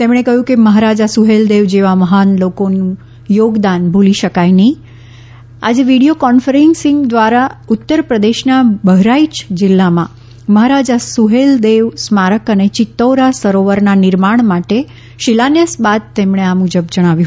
તેમણે કહ્યું કે મહારાજા સુહેલદેવ જેવા મહાન લોકોનું યોગદાન ભૂલી શકાય નહીં આજે વીડિયો કોન્ફરન્સિંગ દ્વારા ઉત્તર પ્રદેશના બહરાઇય જિલ્લામાં મહારાજા સુહેલદેવ સ્મારક અને ચિત્તૌરા સરોવરના નિર્માણ માટે શિલાન્યાસ બાદ તેમણે આ મુજબ જણાવ્યું